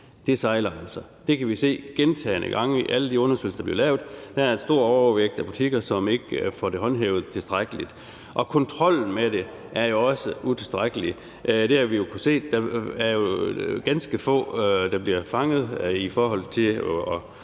altså sejler. Det har vi set gentagne gange i alle de undersøgelser, der er blevet lavet. Der er en stor overvægt af butikker, som ikke får det håndhævet tilstrækkeligt. Kontrollen med det er jo også utilstrækkelig. Det har vi kunnet se. Der er jo ganske få, der bliver fanget og skal